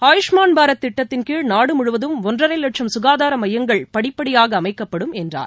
ஆயுஷ்மான் பாரத் திட்டத்தின் கீழ் நாடு முழுவதும் ஒன்றரை லட்சம் சுகாதார மையங்கள் படிப்படியாக அமைக்கப்படும் என்றார்